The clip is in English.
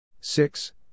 Six